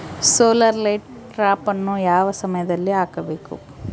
Solar light ಟ್ರಾಪನ್ನು ಯಾವ ಸಮಯದಲ್ಲಿ ಹಾಕಬೇಕು?